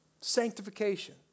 sanctification